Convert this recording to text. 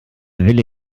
will